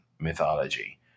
mythology